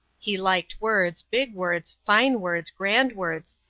he liked words big words, fine words, grand words,